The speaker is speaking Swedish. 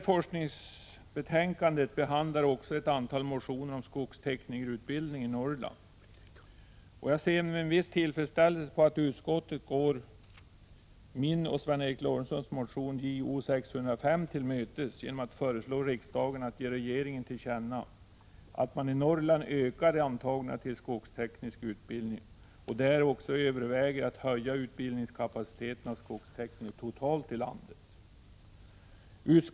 Forskningsbetänkandet behandlar också ett antal motioner om skogsteknikerutbildning i Norrland. Jag ser med viss tillfredsställelse att utskottet går min och Sven Eric Lorentzons motion Jo605 till mötes genom att föreslå riksdagen att ge regeringen till känna att man i Norrland ökar antagningarna till skogsteknisk utbildning och då också överväger att höja utbildningskapa citeten vad gäller skogstekniker totalt i landet. Utskottet instämmer också i — Prot.